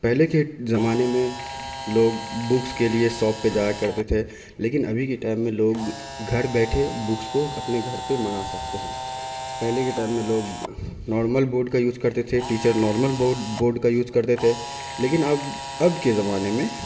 پہلے کے زمانے میں لوگ بکس کے لیے شاپ پہ جایا کرتے تھے لیکن ابھی کے ٹائم میں لوگ گھر بیٹھے بکس کو اپنے گھر پہ منگا سکتے ہیں پہلے کے ٹائم میں لوگ نارمل بورڈ کا یوز کر تے تھے ٹیچر نارمل بورڈ بورڈ کا یوز کرتے تھے لیکن اب اب کے زمانے میں